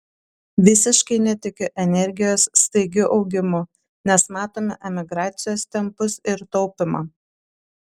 visiškai netikiu energijos staigiu augimu nes matome emigracijos tempus ir taupymą